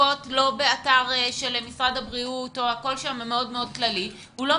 את המשל"ט המשולב שיש שם ולראות את העבודה